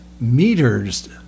meters